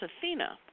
Athena